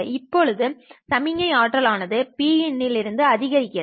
இப்போது சமிக்ஞை ஆற்றல் ஆனது Pin இல் இருந்து அதிகரிக்கிறது